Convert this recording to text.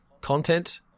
content